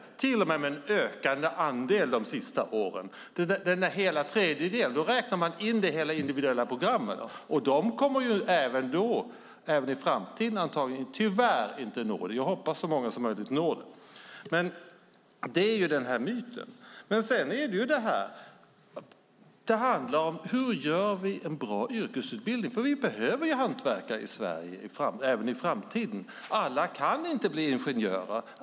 Det var till och med en ökande andel de sista åren. När man talar om en hel tredjedel räknar man in hela det individuella programmet. De kommer även i framtiden tyvärr inte att nå det. Jag hoppas att så många som möjligt når det. Det är myten. Det handlar om: Hur gör vi en bra yrkesutbildning? Vi behöver hantverkare i Sverige även i framtiden. Alla kan inte bli ingenjörer.